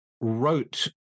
wrote